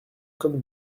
comme